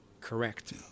Correct